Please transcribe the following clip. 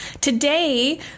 Today